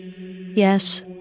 Yes